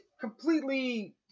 completely